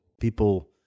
People